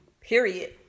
period